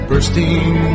Bursting